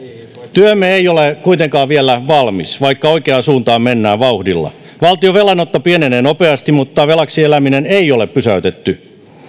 työmme ei ole kuitenkaan vielä valmis vaikka oikeaan suuntaan mennään vauhdilla valtion velanotto pienenee nopeasti mutta velaksi elämistä ei ole pysäytetty